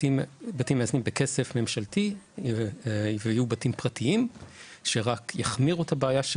כבתים מאזנים בכסף ממשלתי ויהיו בתים פרטיים שרק יחמירו את הבעיה של